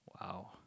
Wow